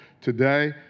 today